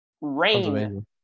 Rain